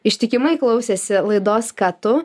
ištikimai klausėsi laidos ką tu